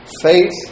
faith